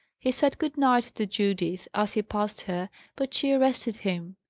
he said good night to judith, as he passed her but she arrested him.